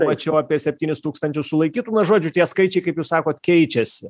mačiau apie septynis tūkstančius sulaikytų na žodžiu tie skaičiai kaip jūs sakot keičiasi